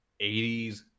80s